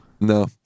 No